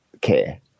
care